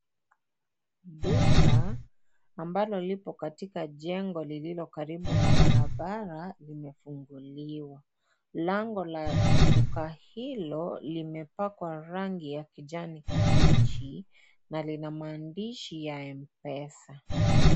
Duka ambalo lipo katika jengo lililo karibu na barabara limefunguliwa. Lango la duka hilo limepakwa rangi ya kijani kibichi na lina maandishi ya MPESA.